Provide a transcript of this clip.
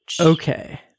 Okay